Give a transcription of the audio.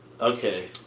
Okay